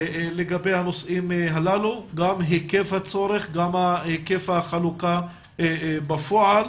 לגבי הנושאים הללו גם היקף הצורך וגם היקף החלוקה בפועל.